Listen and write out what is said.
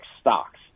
stocks